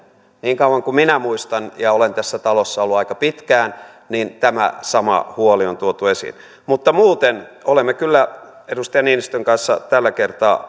niin kauan kuin minä muistan ja olen tässä talossa ollut aika pitkään tämä sama huoli on tuotu esiin muuten olemme kyllä edustaja niinistön kanssa tällä kertaa